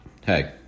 Hey